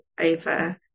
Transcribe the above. over